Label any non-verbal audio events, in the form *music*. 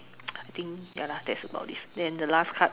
*noise* I think ya lah that's about it then the last card